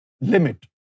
limit